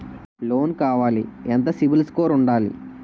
Loan కావాలి ఎంత CIBIL score ఉండాలి?